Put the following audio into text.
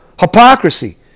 hypocrisy